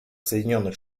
соединенных